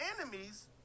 enemies